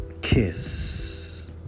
kiss